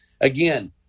again